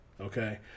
Okay